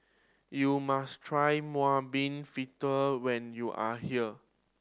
you must try mung bean fritter when you are here